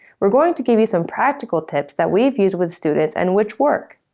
we're going to give you some practical tips that we've used with students and which work.